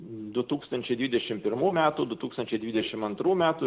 du tūkstančiai dvidešimt pirmų metų du tūkstančiai dvidešimt antrų metų